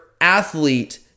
athlete